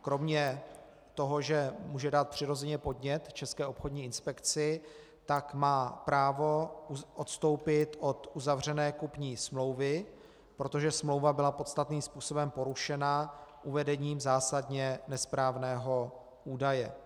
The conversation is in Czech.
Kromě toho, že může dát přirozeně podnět České obchodní inspekci, tak má právo odstoupit od uzavřené kupní smlouvy, protože smlouva byla podstatným způsobem porušena uvedením zásadně nesprávného údaje.